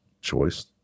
choice